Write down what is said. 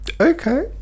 Okay